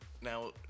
now